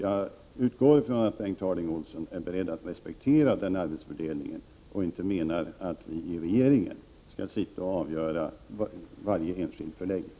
Jag utgår från att Bengt Harding Olson är beredd att respektera den 10 november 1988 arbetsfördelningen och att han inte menar att vi i regeringen skall fatta beslut